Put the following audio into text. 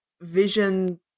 vision